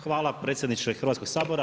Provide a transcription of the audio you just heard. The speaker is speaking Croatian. Hvala predsjedniče Hrvatskog sabora.